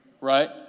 right